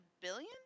billion